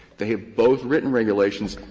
they have both written regulations